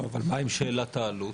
אבל מה עם שאלת העלות?